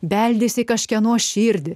beldėsi į kažkieno širdį